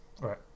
right